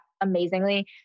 amazingly